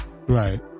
right